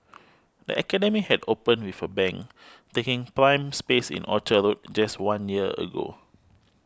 the academy had opened with a bang taking prime space in Orchard Road just one year ago